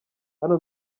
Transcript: hano